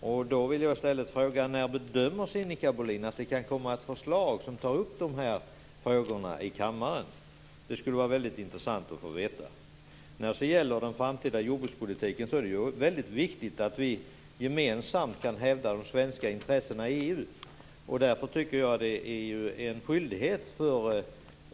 När bedömer Sinikka Bohlin att det kan komma ett förslag till kammaren som tar upp dessa frågor? Det skulle vara intressant att få veta. När det gäller den framtida jordbrukspolitiken är det viktigt att vi gemensamt kan hävda de svenska intressena i EU. Därför är det en skyldighet för